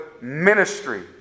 ministry